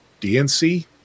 DNC